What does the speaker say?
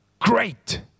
great